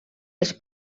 els